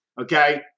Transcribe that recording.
Okay